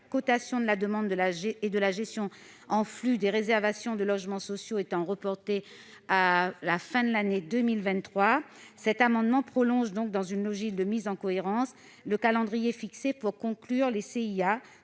la cotation de la demande et de la gestion en flux des réservations de logements sociaux étant reportée à la fin de l'année 2023, cet amendement tend à prolonger de deux ans le calendrier fixé pour conclure les CIA,